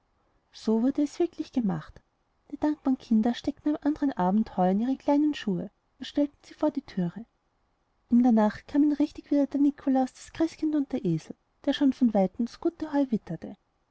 so wurde es wirklich gemacht die dankbaren kinder steckten am andern abend heu in ihre kleinen schuhe und stellten sie vor die türe in der nacht kamen richtig wieder der nikolaus das christkind und der esel der schon von weitem das gute heu witterte